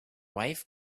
wife